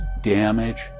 damage